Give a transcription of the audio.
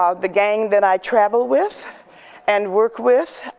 um the gang that i travel with and work with.